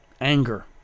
Anger